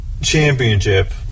Championship